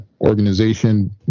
organization